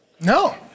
No